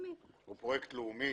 הוא פרויקט לאומי.